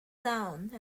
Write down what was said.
sound